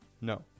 No